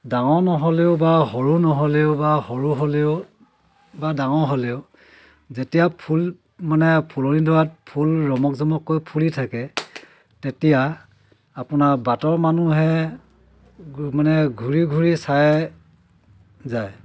ডাঙৰ নহ'লেও বা সৰু নহ'লেও বা সৰু হ'লেও বা ডাঙৰ হ'লেও যেতিয়া ফুল মানে ফুলনিডৰাত ফুল ৰমক জমককৈ ফুলি থাকে তেতিয়া আপোনাৰ বাটৰ মানুহে মানে ঘূৰি ঘূৰি চায় যায়